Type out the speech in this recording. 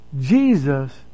Jesus